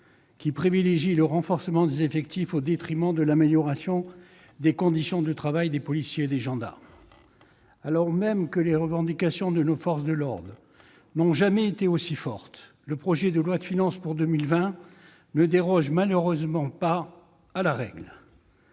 qui privilégie le renforcement des effectifs au détriment de l'amélioration des conditions de travail des policiers et des gendarmes. Alors même que les revendications de nos forces de l'ordre n'ont jamais été aussi fortes, le projet de loi de finances pour 2020 ne déroge malheureusement pas à la règle.